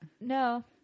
no